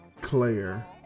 Claire